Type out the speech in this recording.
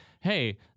hey